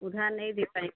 उधार नहीं दे पाएँ